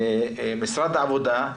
משרד העבודה,